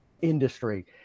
industry